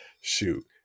Shoot